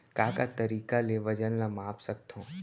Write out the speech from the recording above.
का का तरीक़ा ले वजन ला माप सकथो?